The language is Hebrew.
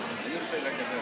אני רוצה לדבר.